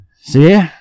See